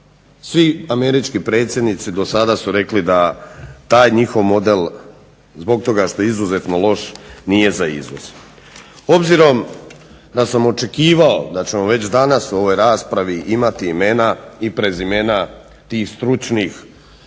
svi američki predsjednici do sada su rekli da taj njihov model zbog toga što je izuzetno loš nije za izvoz. Obzirom da sam očekivao da ćemo već danas o ovoj raspravi imati imena i prezimena tih stručnih